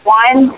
one